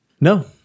No